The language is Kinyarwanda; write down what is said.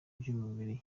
by’umubiri